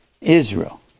Israel